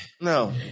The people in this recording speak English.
No